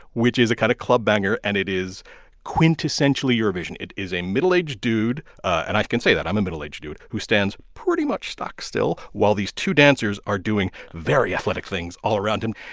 which is a kind of club banger. and it is quintessentially eurovision. it is a middle-aged dude and i can say that i'm middle-aged dude who stands pretty much stock-still while these two dancers are doing very athletic things all around him.